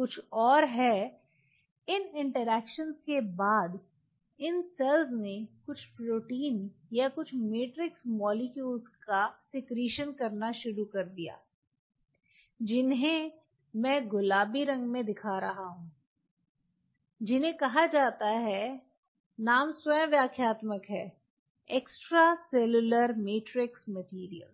कुछ और है इन इंटरैक्शन के बाद इन सेल्स ने कुछ प्रोटीन या कुछ मैट्रिक्स मोलेक्युल्स का स्राव करना शुरू कर दिया जिन्हें मैं गुलाबी रंग में दिखा रहा हूं जिन्हें कहा जाता है नाम स्वयं व्याख्यात्मक है एक्स्ट्रासेलुलर मैट्रिक्स मटेरियल